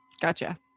Gotcha